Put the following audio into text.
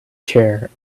chair